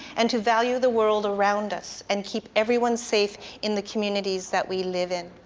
and to value the world around us and keep everyone safe in the communities that we live in.